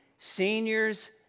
seniors